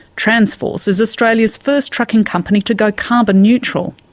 transforce is australia's first trucking company to go carbon neutral.